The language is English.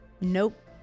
Nope